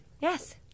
Yes